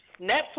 Netflix